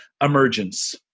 emergence